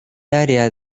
área